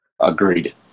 agreed